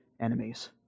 enemies